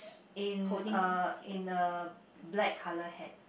in a in a black colour hat